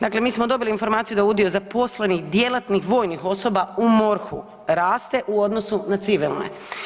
Dakle mi smo dobili informaciju da udio zaposlenih djelatnih vojnih osoba u MORH-u raste u odnosu na civilne.